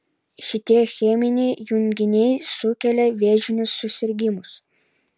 šitie cheminiai junginiai sukelia vėžinius susirgimus